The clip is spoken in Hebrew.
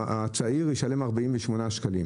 והצעיר ישלם 48 שקלים.